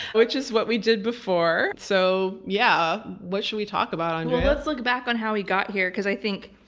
which is what we did before. so yeah. what should we talk about, andrea? well, let's look back on how he got here, because i think.